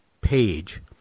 page